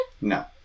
No